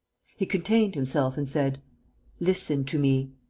he contained himself and said listen to me.